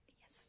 Yes